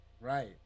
Right